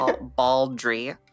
Baldry